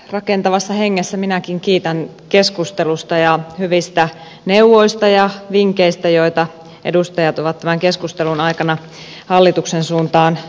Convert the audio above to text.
rakentavassa hengessä minäkin kiitän keskustelusta ja hyvistä neuvoista ja vinkeistä joita edustajat ovat tämän keskustelun aikana hallituksen suuntaan perhepolitiikassa antaneet